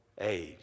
age